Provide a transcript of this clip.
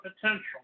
potential